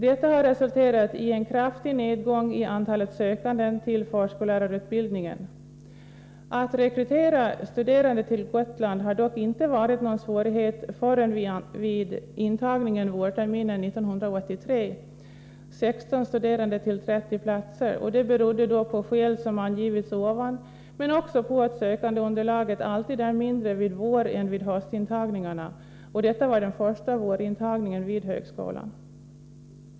Detta har resulterat i en kraftig nedgång i antalet sökande till förskollärarutbildningen. Att rekrytera studerande till Gotland har dock inte varit svårt förrän vid intagningen vårterminen 1983, då 16 studerande sökte till 30 platser. Det berodde på skäl som jag nyss angivit ovan, men också på att sökandeunderlaget alltid är mindre vid vårän vid höstintagningarna. Det gällde vid detta tillfälle den första vårintagningen vid högskolan.